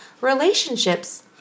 Relationships